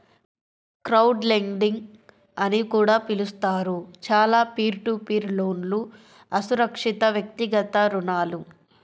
crowdlending అని కూడా పిలుస్తారు, చాలా పీర్ టు పీర్ లోన్లుఅసురక్షితవ్యక్తిగత రుణాలు